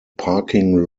parking